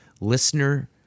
listener